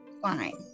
fine